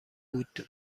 بود